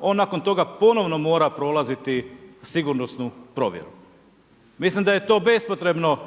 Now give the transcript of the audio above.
on nakon toga ponovno mora prolaziti sigurnosnu provjeru. Mislim da je to bespotrebno